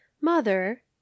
mother